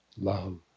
love